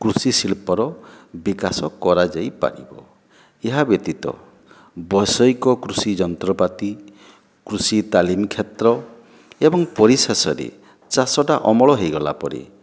କୃଷିଶିଳ୍ପର ବିକାଶ କରାଯାଇପାରିବ ଏହା ବ୍ୟତୀତ ବୈଷୟିକ କୃଷି ଯନ୍ତ୍ରପାତି କୃଷି ତାଲିମ୍ କ୍ଷେତ୍ର ଏବଂ ପରିଶେଷରେ ଚାଷଟା ଅମଳ ହୋଇଗଲା ପରେ